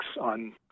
on